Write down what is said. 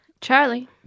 Charlie